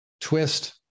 twist